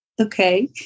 Okay